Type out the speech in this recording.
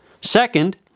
Second